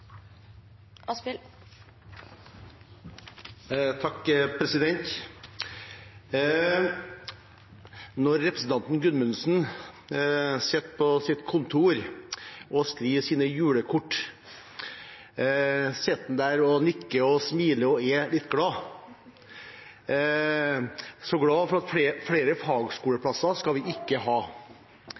Når representanten Gudmundsen sitter på sitt kontor og skriver sine julekort, sitter han der og nikker og smiler og er så glad, for flere fagskoleplasser skal vi ikke ha.